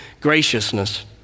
graciousness